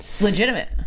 legitimate